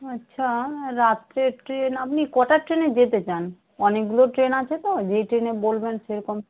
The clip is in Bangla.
আচ্ছা রাত্রে ট্রেন আপনি কটার ট্রেনে যেতে চান অনেকগুলো ট্রেন আছে তো যেই ট্রেনে বলবেন সেরকম